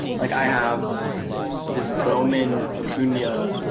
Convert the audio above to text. like i have this bowman, acuna